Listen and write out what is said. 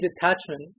detachment